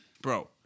Bro